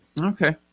Okay